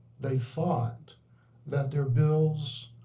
they thought that their bills,